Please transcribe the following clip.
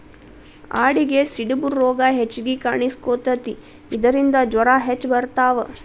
ಆಡಿಗೆ ಸಿಡುಬು ರೋಗಾ ಹೆಚಗಿ ಕಾಣಿಸಕೊತತಿ ಇದರಿಂದ ಜ್ವರಾ ಹೆಚ್ಚ ಬರತಾವ